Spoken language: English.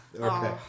Okay